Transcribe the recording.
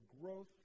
growth